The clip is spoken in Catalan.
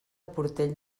portell